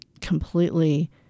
completely